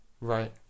right